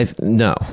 No